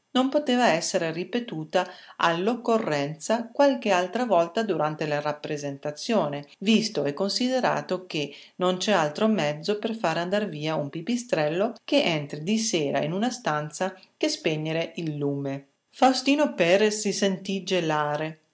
non poteva essere ripetuta all'occorrenza qualche altra volta durante la rappresentazione visto e considerato che non c'è altro mezzo per fare andar via un pipistrello che entri di sera in una stanza che spegnere il lume faustino perres si sentì gelare